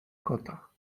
kota